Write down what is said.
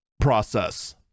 process